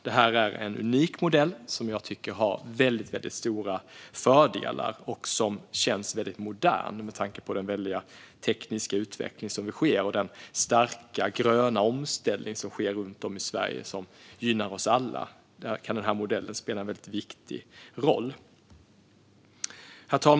Det här är en unik modell som jag tycker har väldigt stora fördelar och som känns modern med tanke på den tekniska utveckling och den starka, gröna omställning som sker runt om i Sverige och som gynnar oss alla. Där kan den här modellen spela en viktig roll. Herr talman!